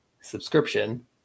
subscription